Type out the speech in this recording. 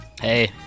Hey